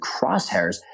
crosshairs